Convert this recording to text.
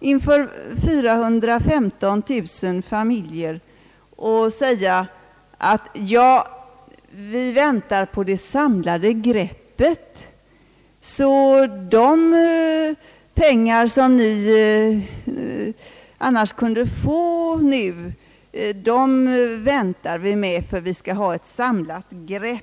inför 415 000 familjer med att säga: »Vi väntar på det samlade greppet, så de pengar som annars kunde beviljas nu lämnar vi inte ut»?